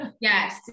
Yes